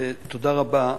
תודה רבה.